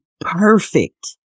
perfect